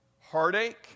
heartache